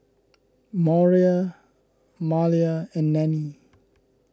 Maura Malia and Nannie